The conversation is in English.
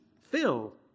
Phil